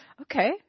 Okay